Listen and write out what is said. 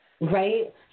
Right